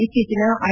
ಇತ್ತೀಚಿನ ಐ